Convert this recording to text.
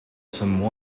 some